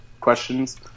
questions